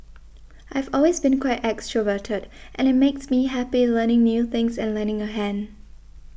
I've always been quite extroverted and it makes me happy learning new things and lending a hand